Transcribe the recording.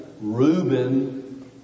Reuben